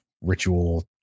ritual